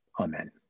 amen